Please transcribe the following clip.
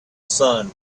sun